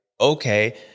okay